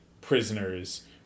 prisoners